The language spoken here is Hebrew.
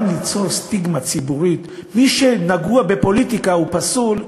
גם למצוא סטיגמה ציבורית: מי שנגוע בפוליטיקה הוא פסול,